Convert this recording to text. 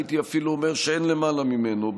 הייתי אפילו אומר שאין למעלה ממנו,